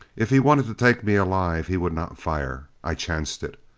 if he wanted to take me alive, he would not fire. i chanced it.